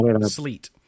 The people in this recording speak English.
Sleet